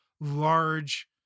large